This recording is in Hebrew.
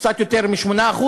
קצת יותר מ-8%.